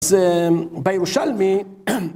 אז בירושלמי.